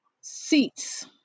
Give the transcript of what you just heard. seats